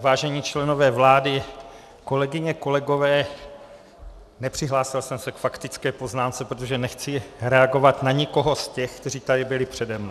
Vážení členové vlády, kolegyně, kolegové, nepřihlásil jsem se k faktické poznámce, protože nechci reagovat na nikoho z těch, kteří tady byli přede mnou.